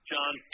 John